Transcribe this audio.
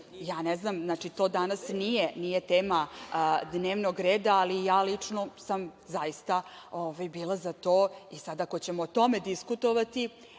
Ne znam, to danas nije tema dnevnog reda, ali ja lično sam bila za to. Sad ako ćemo o tome diskutovati,